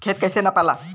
खेत कैसे नपाला?